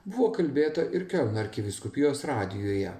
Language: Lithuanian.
buvo kalbėta ir kiolno arkivyskupijos radijuje